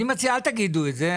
אל תגידו את זה.